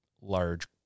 large